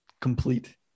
Complete